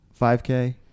5K